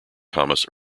thomas